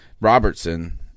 Robertson